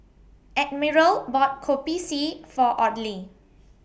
Admiral bought Kopi C For Audley